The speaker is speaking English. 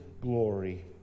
glory